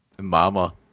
Mama